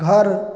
घर